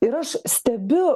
ir aš stebiu